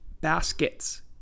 baskets